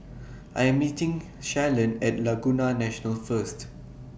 I Am meeting Shalon At Laguna National First